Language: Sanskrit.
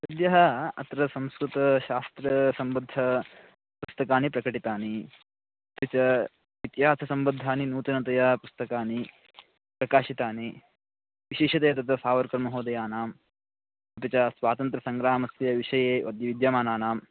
सद्यः अत्र संस्कृतशास्त्रसम्बद्ध पुस्तकानि प्रकटितानि अपि च इतिहाससंबद्धानि नूतनतया पुस्तकानि प्रकाशितानि विशेषतया तत् सावरकरमहोदयस्य अपि च स्वातन्त्र्यसङ्ग्रामस्य विषये विद्यमानानाम्